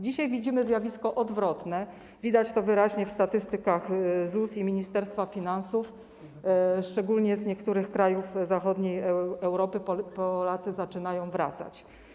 Dzisiaj widzimy zjawisko odwrotne, widać to wyraźnie w statystykach ZUS i Ministerstwa Finansów - szczególnie z niektórych krajów zachodniej Europy Polacy zaczynają wracać.